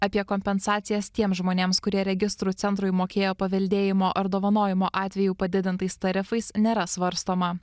apie kompensacijas tiems žmonėms kurie registrų centrui mokėjo paveldėjimo ar dovanojimo atveju padidintais tarifais nėra svarstoma